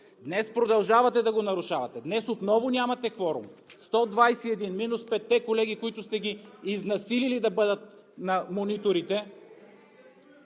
Днес продължавате да го нарушавате. Днес отново нямате кворум – 121 минус петте колеги, които сте ги изнасилили да бъдат на мониторите,